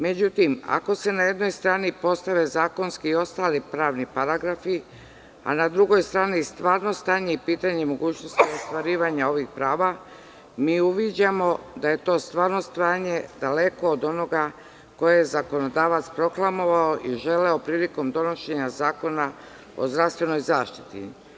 Međutim, ako se na jednoj strani postave zakonski i ostali pravni paragrafi, a na drugoj strani stvarno stanje i pitanje mogućnosti ostvarivanja svojih prava, uviđamo da je to stvarno stanje daleko od onoga koje je zakonodavac proklamovao i želeo prilikom donošenja Zakona o zdravstvenoj zaštiti.